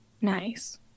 Nice